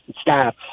staff